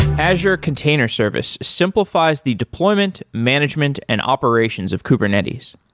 azure container service simplif ies the deployment, management and operations of kubernetes.